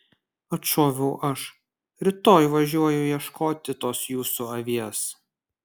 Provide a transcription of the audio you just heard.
atšoviau aš rytoj važiuoju ieškoti tos jūsų avies